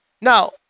Now